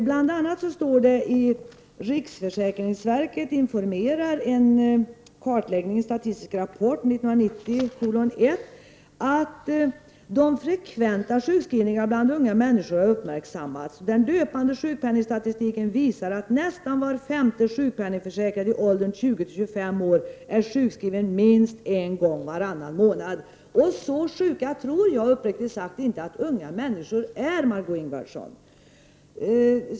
Bl.a. står det om sjukskrivningsmönstret bland ungdomar och unga vuxna i ”Riksförsäkringsverket informerar 1990:1” att ”de frekventa sjukskrivningar bland unga människor uppmärksammats. Den löpande sjukpenningstatistiken visar att nästan var femte sjukpenningförsäkrad i åldern 20—25 år är sjukskriven minst en gång varannan månad.” Så sjuka tror jag uppriktigt sagt inte att unga människor är, Margö Ingvardsson.